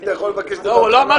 היית יכול לבקש את זה בהתחלה.